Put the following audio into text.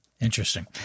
Interesting